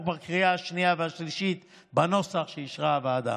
בקריאה השנייה והשלישית בנוסח שאישרה הוועדה.